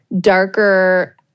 darker